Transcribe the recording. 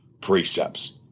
precepts